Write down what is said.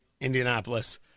Indianapolis